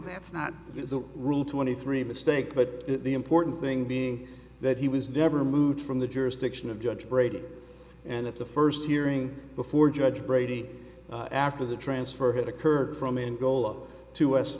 for that's not the rule twenty three mistake but the important thing being that he was never moved from the jurisdiction of judge brady and at the first hearing before judge brady after the transfer had occurred from in goal to us